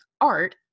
art